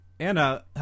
Anna